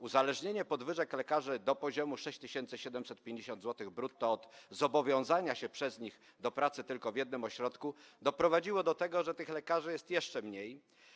Uzależnienie podwyżek lekarzy do poziomu 6750 zł brutto od zobowiązania się przez nich do pracy tylko w jednym ośrodku doprowadziło do tego, że tych lekarzy jest jeszcze mniej.